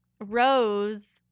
rose